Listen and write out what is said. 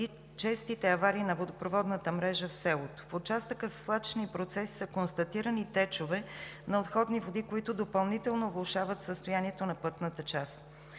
и честите аварии на водопроводната мрежа в селото. В участъка със свлачищни процеси са констатирани течове на отходни води, които допълнително влошават състоянието на пътната част.